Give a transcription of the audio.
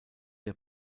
der